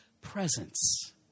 presence